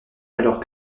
alors